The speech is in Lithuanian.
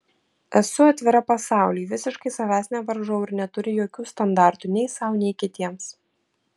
esu atvira pasauliui visiškai savęs nevaržau ir neturiu jokių standartų nei sau nei kitiems